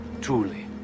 truly